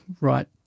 right